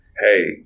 Hey